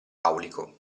aulico